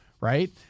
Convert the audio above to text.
right